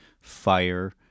fire